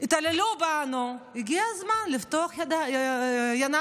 התעללו בנו, הגיע הזמן לפתוח עיניים.